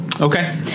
Okay